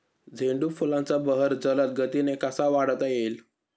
झेंडू फुलांचा बहर जलद गतीने कसा वाढवता येईल?